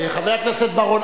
חבר הכנסת בר-און,